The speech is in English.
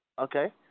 Okay